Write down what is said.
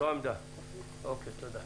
תודה.